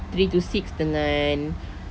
three to six dengan